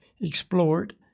explored